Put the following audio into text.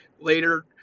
later